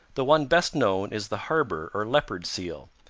the one best known is the harbor or leopard seal.